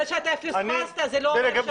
זה שאתה פספסת, זה לא אומר שעשו מחטף.